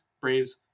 Braves